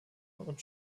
und